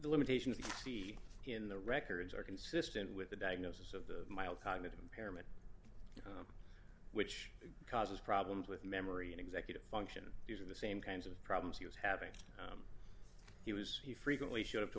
limitations you see in the records are consistent with the diagnosis of the mild cognitive impairment which causes problems with memory and executive function these are the same kinds of problems he was having he was he frequently should have